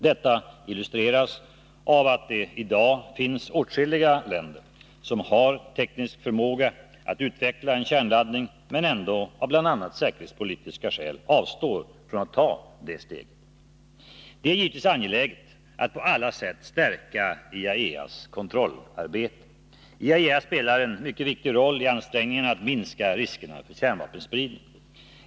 Detta illustreras klart av att det i dag finns åtskilliga länder som har teknisk förmåga att utveckla en kärnladdning men ändå, av bl.a. säkerhetspolitiska skäl, avstår från att ta detta steg. Det är givetvis angeläget att på alla sätt stärka IAEA:s kontrollarbete. IAEA spelar en mycket viktig roll i ansträngningarna att minska riskerna för kärnvapenspridning.